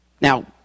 Now